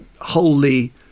wholly